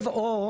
לא,